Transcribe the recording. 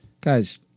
Guys